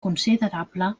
considerable